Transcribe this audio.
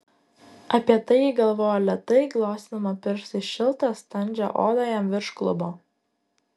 apie tai ji galvojo lėtai glostydama pirštais šiltą standžią odą jam virš klubo